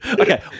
Okay